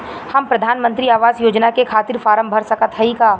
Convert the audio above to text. हम प्रधान मंत्री आवास योजना के खातिर फारम भर सकत हयी का?